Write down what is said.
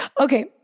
Okay